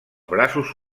braços